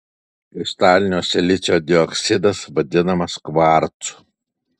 kristalinio silicio dioksidas vadinamas kvarcu